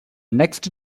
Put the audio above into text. next